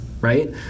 right